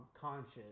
conscious